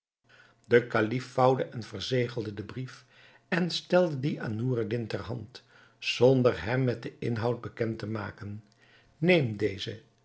de kalif vouwde en verzegelde den brief en stelde dien aan noureddin ter hand zonder hem met den inhoud bekend te maken neem dezen